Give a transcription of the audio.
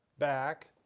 back,